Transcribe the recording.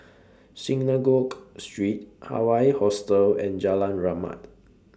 Synagogue Street Hawaii Hostel and Jalan Rahmat